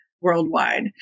worldwide